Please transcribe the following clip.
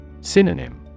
Synonym